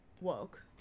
woke